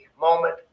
moment